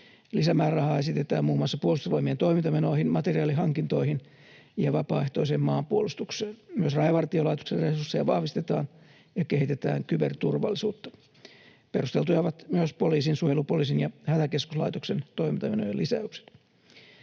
Lisämäärärahaa esitetään muun muassa Puolustusvoimien toimintamenoihin, materiaalihankintoihin ja vapaaehtoiseen maanpuolustukseen. Myös Rajavartiolaitoksen resursseja vahvistetaan ja kehitetään kyberturvallisuutta. Perusteltuja ovat myös poliisin, suojelupoliisin ja Hätäkeskuslaitoksen toimintamenojen lisäykset.